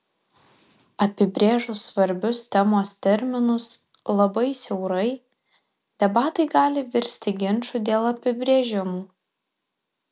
apibrėžus svarbius temos terminus labai siaurai debatai gali virsti ginču dėl apibrėžimų